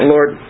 Lord